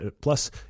plus